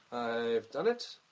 i've done it.